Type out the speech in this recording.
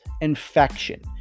infection